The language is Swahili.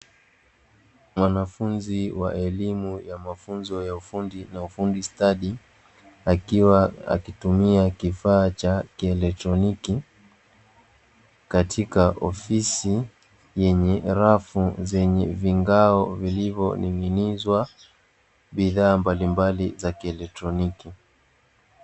Mwanafunzi wa elimu ya mafunzo ya ufundi na ufundi stadi, akiwa akitumia kifaa cha kielektroniki katika ofisi yenye rafu zenye vingao vilivyoning'inizwa bidhaa mbalimbali za kielektroniki.